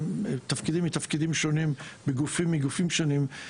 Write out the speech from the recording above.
תפקידים מתפקידים שונים בגופים מגופים שונים,